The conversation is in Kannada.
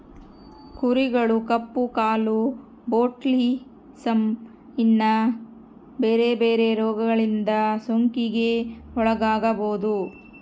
ಕುರಿಗಳು ಕಪ್ಪು ಕಾಲು, ಬೊಟುಲಿಸಮ್, ಇನ್ನ ಬೆರೆ ಬೆರೆ ರೋಗಗಳಿಂದ ಸೋಂಕಿಗೆ ಒಳಗಾಗಬೊದು